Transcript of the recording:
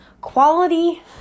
Quality